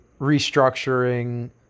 restructuring